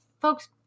folks